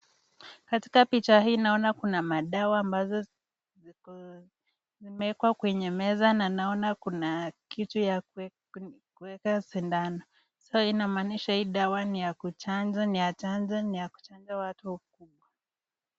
Katika picha hii naona kuna madawa ambazo ziko zimewekwa kwenye meza na naona kuna kitu ya kuekea sidano ,sa hii inaamanisha kuwa hii dawa ni ya kuchanja ,ni ya chanjo ,ni ya kuchanja watu wakubwa.